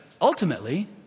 ultimately